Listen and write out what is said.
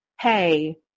hey